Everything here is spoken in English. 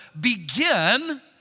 begin